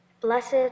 Blessed